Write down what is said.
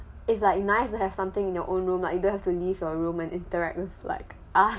it's like a nice to have something in your own room lah if you don't have to leave your room and interact with like us